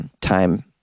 time